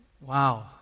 Wow